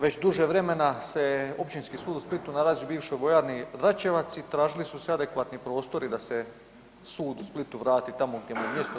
Već duže vremena se Općinski sud u Splitu nalazi u bivšoj vojarni Dračevac i tražili su se adekvatni prostori da se sud u Splitu vrati tamo gdje mu je mjesto.